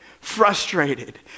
frustrated